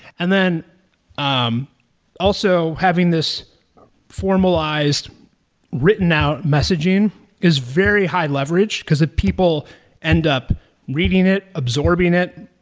and then um also having this formalized written out messaging is very high leverage, because if people end up reading it, absorbing it,